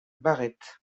barrett